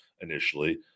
initially